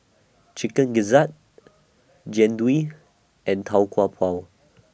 Chicken Gizzard Jian Dui and Tau Kwa Pau